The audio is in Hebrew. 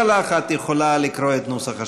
לך את יכולה לקרוא את נוסח השאילתה.